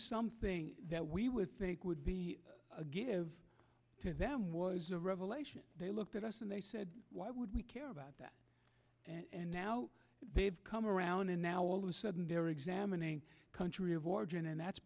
something that we would think would be a give them was a revelation they looked at us and they said why would we care about that and now they've come around and now all of a sudden they're examining country of origin and that's